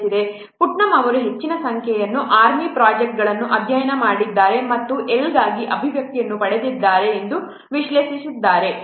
Putnam ಅವರು ಹೆಚ್ಚಿನ ಸಂಖ್ಯೆಯ ಆರ್ಮಿ ಪ್ರೊಜೆಕ್ಟ್ಗಳನ್ನು ಅಧ್ಯಯನ ಮಾಡಿದ್ದಾರೆ ಮತ್ತು L ಗಾಗಿ ಅಭಿವ್ಯಕ್ತಿಯನ್ನು ಪಡೆದಿದ್ದಾರೆ ಎಂದು ವಿಶ್ಲೇಷಿಸಿದ್ದಾರೆ